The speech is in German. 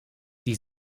die